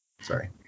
sorry